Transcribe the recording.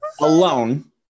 alone